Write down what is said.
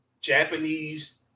Japanese